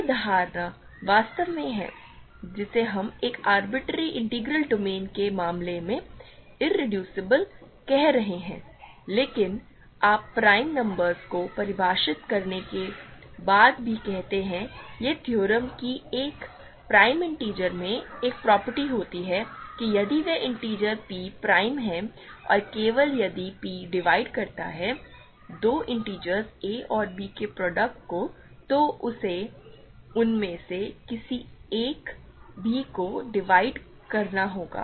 यह धारणा वास्तव में है जिसे हम एक आरबिटरेरी इंटीग्रल डोमेन के मामले में इरेड्यूसिबल कह रहे हैं लेकिन आप प्राइम नंबर्स को परिभाषित करने के बाद भी करते हैं ये थ्योरम कि एक प्राइम इंटिजर में एक प्रॉपर्टी होती है कि यदि वह इंटिजर p प्राइम है और केवल यदि p डिवाइड करता है दो इंटिजरस a और b के प्रोडक्ट को तो उसे उनमें से किसी एक भी को डिवाइड करना होगा